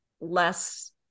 less